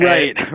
Right